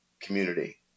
community